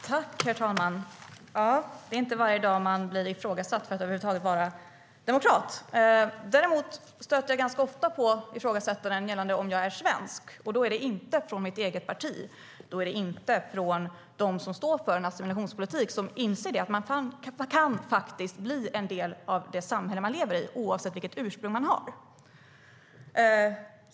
Herr talman! Det är inte varje dag man blir ifrågasatt när det gäller om man över huvud taget är demokrat. Däremot stöter jag ganska ofta på ifrågasättanden gällande om jag är svensk. Och då är det inte från mitt eget parti och inte från dem som står för en assimilationspolitik och som inser att man faktiskt kan bli en del av det samhälle man lever i oavsett vilket ursprung man har.